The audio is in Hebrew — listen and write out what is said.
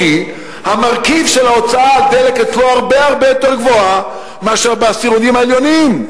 המרכיב של ההוצאה על דלק הרבה יותר גבוה מאשר בעשירונים העליונים.